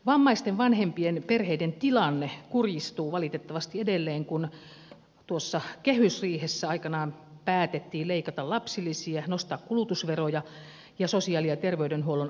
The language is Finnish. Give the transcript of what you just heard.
vammaisten vanhempien perheiden tilanne kurjistuu valitettavasti edelleen kun kehysriihessä aikanaan päätettiin leikata lapsilisiä nostaa kulutusveroja ja sosiaali ja terveydenhuollon asiakasmaksuja